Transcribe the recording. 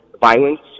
violence